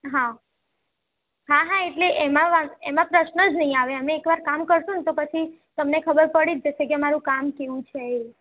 હા હા હા એટલે એમાં વાં એમાં પ્રશ્ન જ નહીં આવે અમે એકવાર કામ કરીશું ને એટલે પછી તમને ખબર પડી જશે કે અમારું કામ કેવું છે એવું